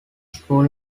school